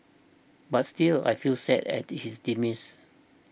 but still I feel sad at his demise